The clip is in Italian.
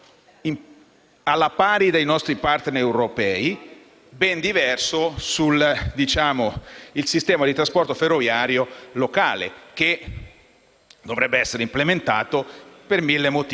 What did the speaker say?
alla pari con i nostri *partner* europei. Ben diverso è invece il sistema di trasporto ferroviario locale, che dovrebbe essere implementato per numerosissimi